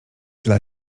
dla